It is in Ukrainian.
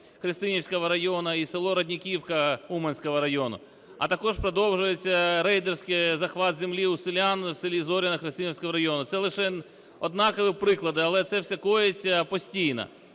Христинівського району і село Родниківка Уманського району. А також продовжується рейдерський захват землі у селян в селі Зоряне Христинівського району. Це лише однакові приклади, але це все коїться постійно.